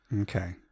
Okay